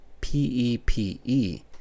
P-E-P-E